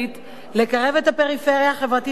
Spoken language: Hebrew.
לקרב את הפריפריה החברתית למרכז,